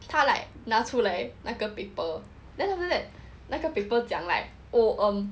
他 like 拿出来那个 paper then after that like 那个 paper 讲 like oh um